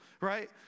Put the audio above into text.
right